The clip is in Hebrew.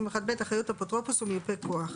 אחריות אפוטרופוס ומיופה כוח